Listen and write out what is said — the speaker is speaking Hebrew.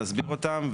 נסביר אותם,